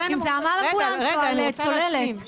אם זה אמבולנס או על צוללת.